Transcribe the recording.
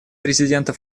президента